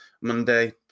Monday